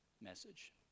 message